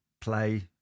play